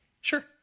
Sure